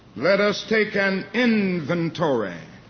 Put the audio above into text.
let us take an inventory